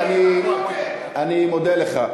אני מודה לך.